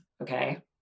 okay